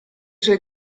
suoi